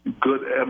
good